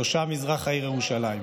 תושב מזרח העיר ירושלים,